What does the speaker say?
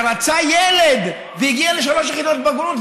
ילד הגיע לשלוש יחידות בגרות,